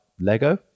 Lego